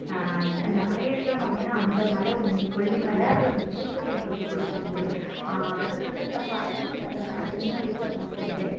அந்த மலையேற்றம் அப்படின்னா அந்த மலை உண்டு கொல்லிமலை அப்புறம் இந்த திருப்பதி எனக்கு ரொம்ப பிடிச்சிருந்தது அதுக்கப்புறம் இந்த பழனி அதெல்லாம் நான் சின்ன வயசில் போனது உண்டு